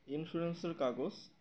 ইন্স্যুরেন্সের কাগজ